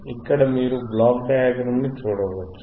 ఇక్కడ మీరు block diagram ని చూడవచ్చు